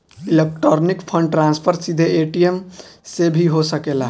electronic fund transfer सीधे ATM से भी हो सकेला